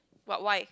but why